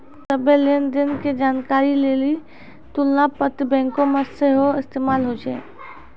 सभ्भे लेन देन के जानकारी लेली तुलना पत्र बैंको मे सेहो इस्तेमाल होय छै